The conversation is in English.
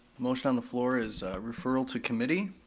motion on the floor is referral to committee.